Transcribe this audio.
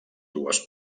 dues